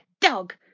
dog